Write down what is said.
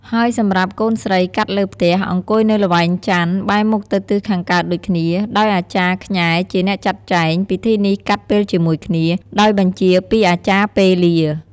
ហើយសម្រាប់ កូនស្រីកាត់លើផ្ទះ អង្គុយនៅល្វែងចន្ទ បែរមុខទៅទិសខាងកើតដូចគ្នា ដោយអាចារ្យខ្ញែជាអ្នកចាត់ចែង ពិធីនេះកាត់ពេលជាមួយគ្នា ដោយបញ្ជាពីអាចារ្យពេលា ។